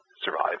survive